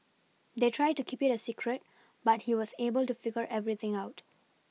they tried to keep it a secret but he was able to figure everything out